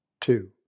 Two